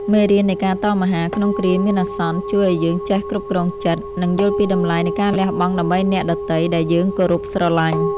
មេរៀននៃការតមអាហារក្នុងគ្រាមានអាសន្នជួយឱ្យយើងចេះគ្រប់គ្រងចិត្ត និង យល់ពីតម្លៃនៃការលះបង់ដើម្បីអ្នកដទៃដែលយើងគោរពស្រឡាញ់។